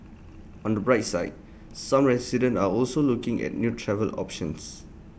on the bright side some residents are also looking at new travel options